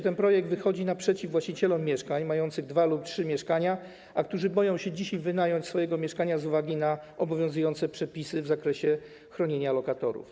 Ten projekt wychodzi naprzeciw właścicielom mieszkań, którzy mają dwa lub trzy mieszkania, a którzy boją się dzisiaj wynająć swoje mieszkanie z uwagi na obowiązujące przepisy w zakresie chronienia lokatorów.